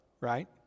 right